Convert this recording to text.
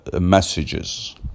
messages